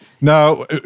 now